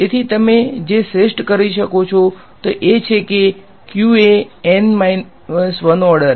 તેથી તમે જે શ્રેષ્ઠ કરી શકો તે એ છે કે q એ N - 1ઓર્ડર